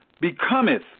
becometh